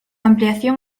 ampliación